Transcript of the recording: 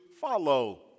follow